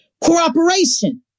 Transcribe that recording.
cooperation